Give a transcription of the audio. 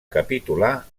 capitular